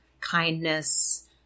kindness